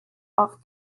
auf